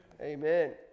Amen